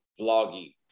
vloggy